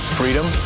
freedom